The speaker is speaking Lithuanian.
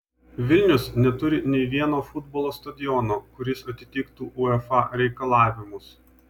vilnius neturi nei vieno futbolo stadiono kuris atitiktų uefa reikalavimus